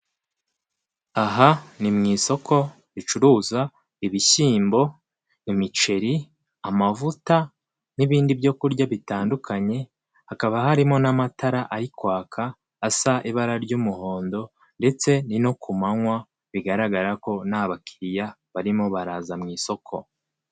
Aha ni mu isoko ricuruza ibishyimbo imiceri amavuta n'ibindi byo kurya bitandukanye, hakaba harimo n'amatara ari kwaka asa ibara ry'umuhondo, ndetse ni no ku manywa bigaragara ko nta bakiriya barimo baraza mu isoko.